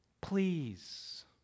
Please